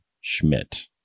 Schmidt